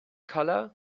collar